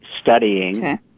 studying